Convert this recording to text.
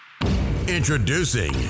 Introducing